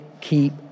keep